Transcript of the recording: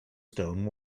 stone